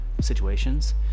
situations